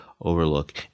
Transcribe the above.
overlook